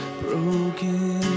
broken